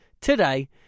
today